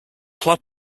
club